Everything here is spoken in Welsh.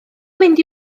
mynd